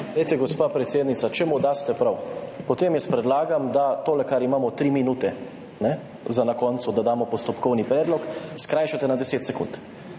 Gospa predsednica, če mu daste prav, potem jaz predlagam, da tole, kar imamo tri minute na koncu, da damo postopkovni predlog, skrajšate na deset sekund.